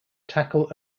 tackle